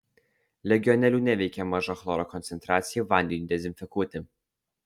legionelių neveikia maža chloro koncentracija vandeniui dezinfekuoti